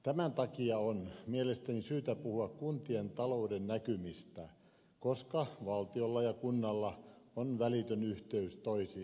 tämän takia on mielestäni syytä puhua kuntien talouden näkymistä koska valtiolla ja kunnalla on välitön yhteys toisiinsa